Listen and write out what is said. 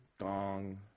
Gong